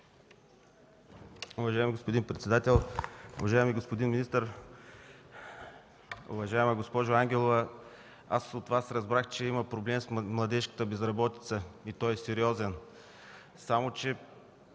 Уважаеми господин председател, уважаеми господин министър! Уважаема госпожо Ангелова, аз от Вас разбрах, че има проблем с младежката безработица, и той е сериозен, само че